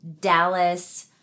Dallas